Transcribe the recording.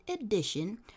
edition